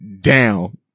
down